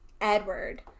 Edward